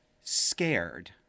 scared